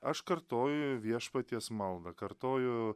aš kartoju viešpaties maldą kartoju